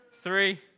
Three